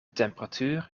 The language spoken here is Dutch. temperatuur